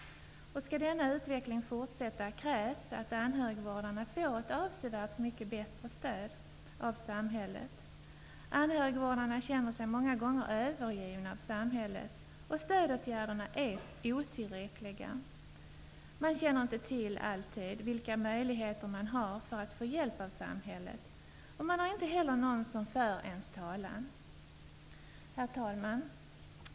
Skall denna utveckling fortsätta krävs att anhörigvårdarna får ett avsevärt mycket bättre stöd av samhället. Anhörigvårdarna känner sig många gånger övergivna av samhället, och stödåtgärderna är otillräckliga. Man känner inte alltid till vilka möjligheter man har att få hjälp av samhället, och man har inte heller någon som för ens talan. Herr talman!